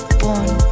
born